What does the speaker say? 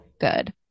good